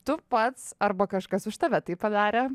tu pats arba kažkas už tave tai padarė